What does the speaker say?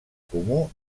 comú